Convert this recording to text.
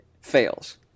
fails